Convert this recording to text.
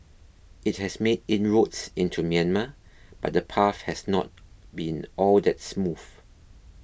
it has made inroads into Myanmar but the path has not been all that smooth